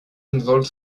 involved